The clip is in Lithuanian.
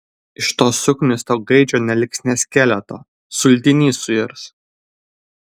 iš to suknisto gaidžio neliks nė skeleto sultiny suirs